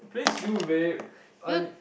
please do babe I nee~